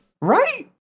Right